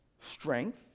strength